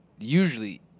usually